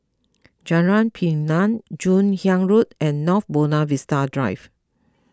Jalan Pinang Joon Hiang Road and North Buona Vista Drive